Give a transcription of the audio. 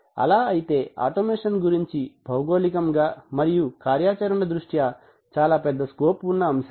అలా అయితే ఆటోమేషన్ గురించి భౌగోళికముగా మరియు కార్యాచరణ దృష్ట్యా చాలా పెద్ద స్కోప్ ఉన్న అంశం